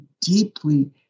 deeply